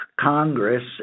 Congress